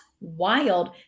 wild